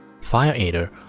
Fire-Eater